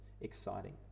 exciting